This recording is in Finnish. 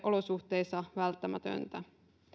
olosuhteissa välttämätöntä